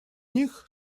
них